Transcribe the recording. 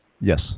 Yes